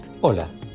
Hola